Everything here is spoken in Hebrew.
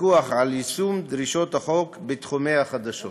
על יישום דרישות החוק בתחומי החדשות.